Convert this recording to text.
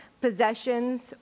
possessions